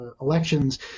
elections